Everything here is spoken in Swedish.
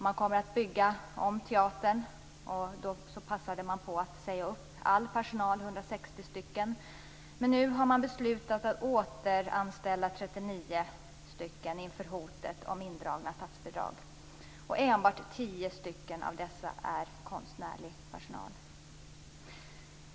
Man kommer att bygga om teatern, och då passade man på att säga upp all personal, 160 personer. Nu har man beslutat att återanställa 39 personer inför hotet om indragna statsbidrag. Av dessa är enbart 10 personer konstnärlig personal.